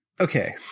okay